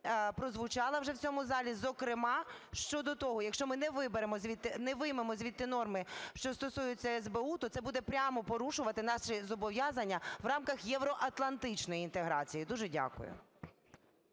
прозвучала вже в цьому залі, зокрема щодо того, якщо ми не виймемо звідти норми, що стосуються СБУ, то це буде прямо порушувати наші зобов'язання в рамках євроатлантичної інтеграції. Дуже дякую.